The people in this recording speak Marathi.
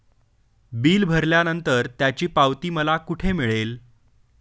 बिल भरल्यानंतर त्याची पावती मला कुठे मिळेल?